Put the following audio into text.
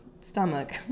stomach